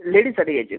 लेडीजसाठी घ्यायचेत